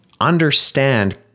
understand